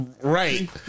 right